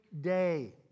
day